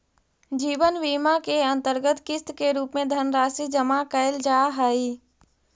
जीवन बीमा के अंतर्गत किस्त के रूप में धनराशि जमा कैल जा हई